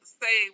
say